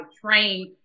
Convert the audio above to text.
trained